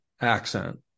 accent